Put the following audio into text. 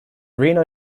reno